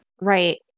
Right